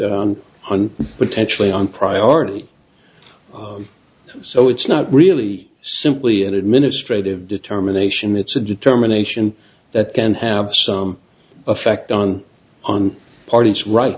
on potentially on priority so it's not really simply an administrative determination it's a determination that can have some effect on on parties right